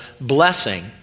blessing